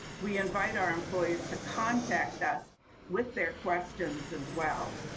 we invite our employees to contact us with their questions as well.